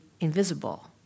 invisible